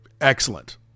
excellent